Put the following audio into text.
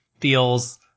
feels